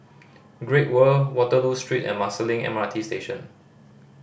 Great World Waterloo Street and Marsiling M R T Station